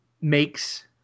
makes